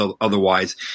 otherwise